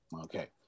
Okay